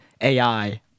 AI